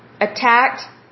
attacked